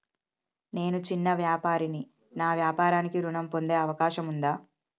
నేను చిన్న వ్యాపారిని నా వ్యాపారానికి ఋణం పొందే అవకాశం ఉందా?